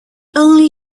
only